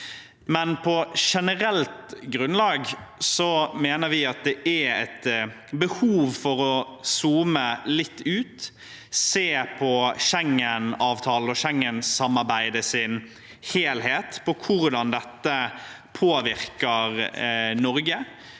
men på generelt grunnlag mener vi at det er behov for å zoome litt ut og se på Schengenavtalen og Schengen-samarbeidet i sin helhet – hvordan dette påvirker Norge,